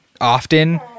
often